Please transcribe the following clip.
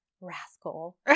rascal